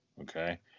Okay